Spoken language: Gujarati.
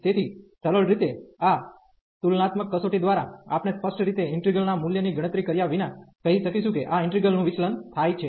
તેથી સરળ રીતે આ તુલનાત્મકકસોટી દ્વારા આપણે સ્પષ્ટ રીતે ઇન્ટિગ્રલ ના મૂલ્યની ગણતરી કર્યા વિના કહી શકીશું કે આ ઈન્ટિગ્રલ નું વિચલન થાય છે